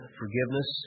forgiveness